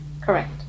Correct